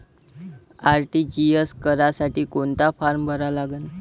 RTGS करासाठी कोंता form भरा लागन?